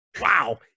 Wow